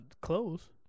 clothes